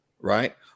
right